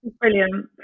brilliant